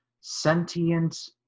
sentient